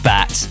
Bat